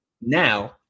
now